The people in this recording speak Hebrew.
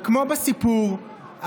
וכמו בסיפור,